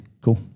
Cool